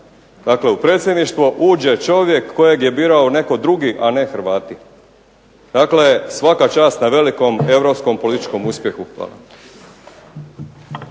dakle u predsjedništvo uđe čovjek kojeg je birao netko drugi, a ne Hrvati. Dakle svaka čast na velikom europskom političkom uspjehu.